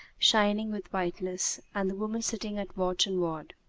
shining with whiteness, and the woman sitting at watch and ward.